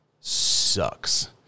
sucks